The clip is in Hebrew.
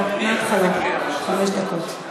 בוא מהתחלה, חמש דקות.